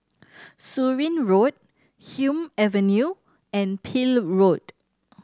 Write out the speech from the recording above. Surin Road Hume Avenue and Peel Road